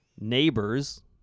neighbors